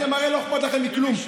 אתם, הרי לא אכפת לכם מכלום.